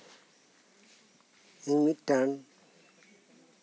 ᱤᱧ ᱢᱤᱫ ᱴᱟᱝ